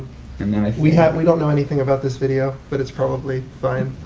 and and we we don't know anything about this video but it's probably fine.